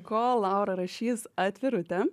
kol laura rašys atvirutę